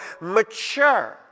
mature